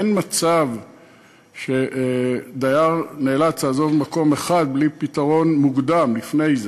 אין מצב שדייר ייאלץ לעזוב מקום אחד בלי פתרון מוקדם לפני זה.